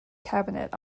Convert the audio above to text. cabinet